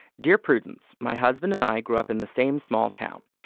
dear prudence. my husband and i grew up in the same small town.